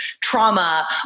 trauma